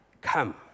come